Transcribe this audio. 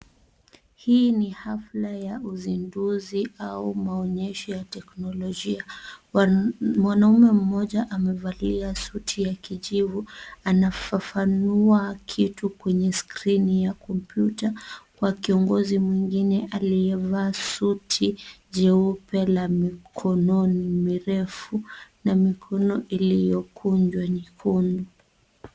Hii ni hafla ya uzinduzi au maonyesho ya teknolojia. Mwanaume mmoja amevalia suti ya kijivu anafafanua kitu kwenye skrini ya kompyuta kwa kiongozi mwingine aliyevaa suti jeupe la mikono mirefu na mikono iliyokunjwa nyekundu.